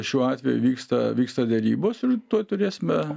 šiuo atveju vyksta vyksta derybos ir tuoj turėsime